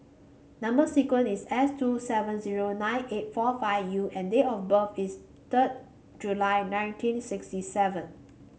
number sequence is S two seven zero nine eight four five U and date of birth is third July nineteen sixty seven